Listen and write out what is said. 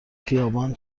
خیابان